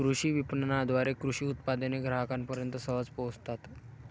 कृषी विपणनाद्वारे कृषी उत्पादने ग्राहकांपर्यंत सहज पोहोचतात